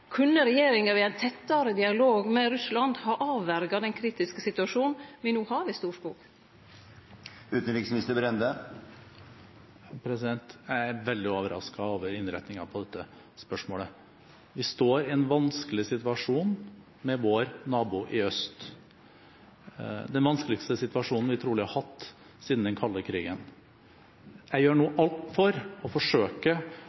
Kunne regjeringa ved ein tettare dialog med Russland ha avverja den kritiske situasjonen me no har ved Storskog? Jeg er veldig overrasket over innretningen på dette spørsmålet. Vi står i en vanskelig situasjon med vår nabo i øst – trolig den vanskeligste situasjonen vi har hatt siden den kalde krigen. Jeg gjør nå alt for å forsøke